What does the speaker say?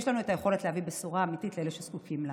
יש לנו את היכולת להביא בשורה אמיתית לאלה שזקוקים לה.